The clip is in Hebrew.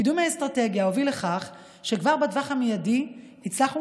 קידום האסטרטגיה הוביל לכך שכבר בטווח המיידי הצלחנו